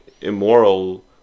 immoral